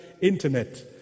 internet